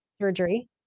surgery